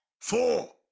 four